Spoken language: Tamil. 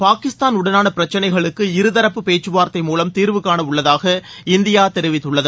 பாகிஸ்தானுடனான பிரச்சினைகளுக்கு இருதரப்பு பேச்சுவார்த்தை மூலம் தீர்வுகாண உள்ளதாக இந்தியா தெரிவித்துள்ளது